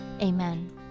amen